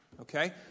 Okay